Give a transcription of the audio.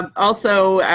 also,